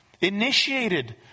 initiated